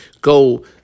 go